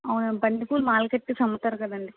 అవును బంతి పూలు మాల కట్టేసి అమ్ముతారు కదండీ